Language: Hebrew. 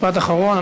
משפט אחרון.